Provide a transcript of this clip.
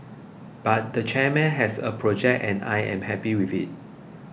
but the chairman has a project and I am happy with it